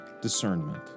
discernment